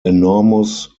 enormous